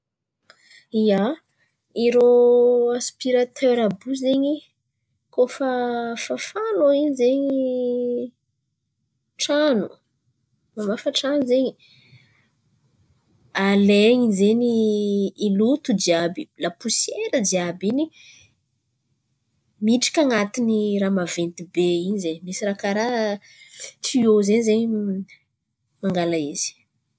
ia, irô aspirater àby io zen̈y kôa fa fafan̈ao in̈y zen̈y tran̈o, mahavoafafa tran̈o zen̈y, alain̈y zen̈y loto jiàby laposiera jiàby in̈y midriky an̈atin̈y raha maventy be in̈y zen̈y. Misy karà tioyô in̈y zen̈y zen̈y mangàla izy.